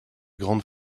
grandes